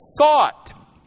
thought